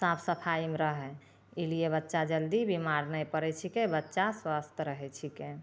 साफ सफाइमे रहय ई लिये बच्चा जल्दी बीमार नहि पड़य छिकै बच्चा स्वस्थ रहय छिकै